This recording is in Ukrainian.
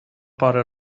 пари